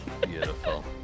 Beautiful